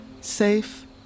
Safe